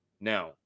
Now